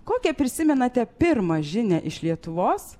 kokią prisimenate pirmą žinią iš lietuvos